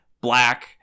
black